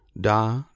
Da